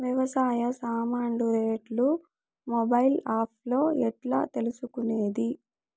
వ్యవసాయ సామాన్లు రేట్లు మొబైల్ ఆప్ లో ఎట్లా తెలుసుకునేది?